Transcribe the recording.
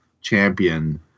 champion